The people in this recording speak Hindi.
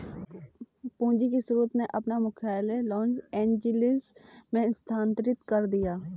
पूंजी के स्रोत ने अपना मुख्यालय लॉस एंजिल्स में स्थानांतरित कर दिया